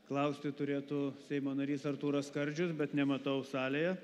klausti turėtų seimo narys artūras skardžius bet nematau salėje